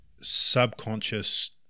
subconscious